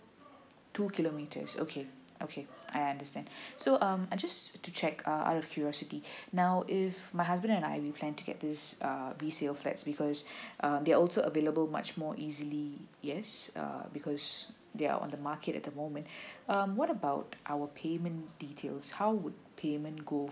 two kilometres okay okay I understand so um I just to check uh out of curiosity now if my husband and I we plan to get this um resale flats because uh they also available much more easily yes uh because they're on the market at the moment um what about our payment details how would payment go